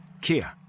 Kia